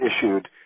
issued